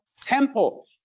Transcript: temple